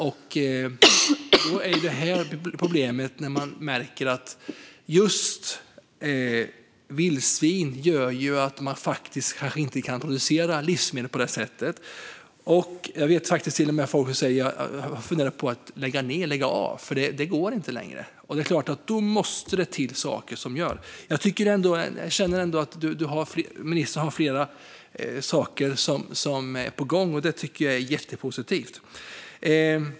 Det uppstår ett problem när man märker att just vildsvin gör att man inte kan producera livsmedel på det sätt man vill. Jag vet till och med folk som säger att de funderar på att lägga av eftersom det inte längre går. Därför måste något göras. Det känns dock som om ministern har flera saker på gång, vilket jag tycker är jättepositivt.